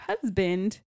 husband